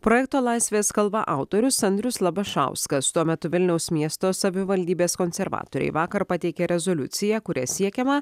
projekto laisvės kalva autorius andrius labašauskas tuo metu vilniaus miesto savivaldybės konservatoriai vakar pateikė rezoliuciją kuria siekiama